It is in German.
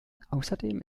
außerdem